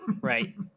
Right